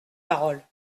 parole